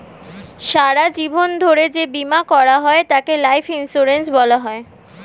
সারা জীবন ধরে যে বীমা করা হয় তাকে লাইফ ইন্স্যুরেন্স বলা হয়